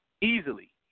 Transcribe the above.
easily